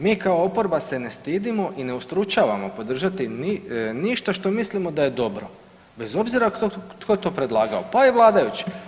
Mi kao oporba se ne stidimo i ne ustručavamo podržati ništa što mislimo da je dobro bez obzira tko to predlagao, pa i vladajući.